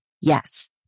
yes